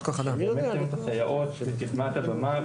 באמת שמים את הסייעות בקדמת הבמה,